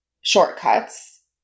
shortcuts